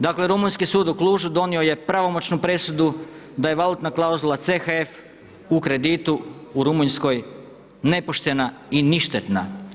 Dakle rumunjski sud u Cluju donio je pravomoćnu presudu da je valutna klauzula CHF u kreditu u Rumunjskoj nepoštena i ništetna.